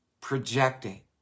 projecting